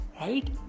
right